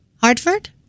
Hartford